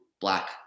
black